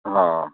हा